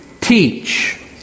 teach